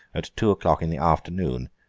at two o'clock in the afternoon.